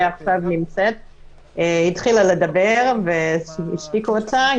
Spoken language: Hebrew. היא התחילה לדבר והשתיקו אותה.